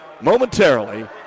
momentarily